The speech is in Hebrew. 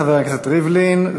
תודה, חבר הכנסת ריבלין.